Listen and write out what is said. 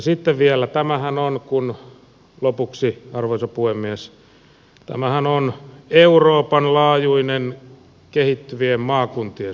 sitten vielä lopuksi arvoisa puhemies tämähän on euroopan laajuinen kehittyvien maakuntien suomi kassa